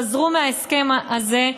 חזרו מההסכם הזה,